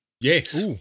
Yes